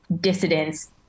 dissidents